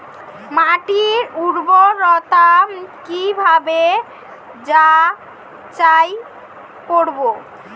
মাটির উর্বরতা কি ভাবে যাচাই করব?